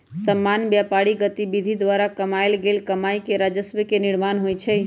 सामान्य व्यापारिक गतिविधि द्वारा कमायल गेल कमाइ से राजस्व के निर्माण होइ छइ